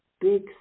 big